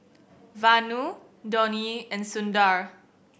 Vanu Dhoni and Sundar